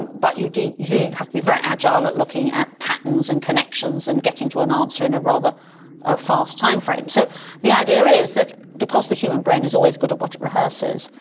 but you do have to be very agile at looking at patterns and connections and getting to an answer in a rather ah fast timeframe. so the idea is that because the human brain is always good what it rehearses,